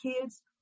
kids